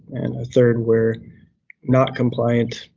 a third were not compliant,